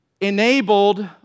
enabled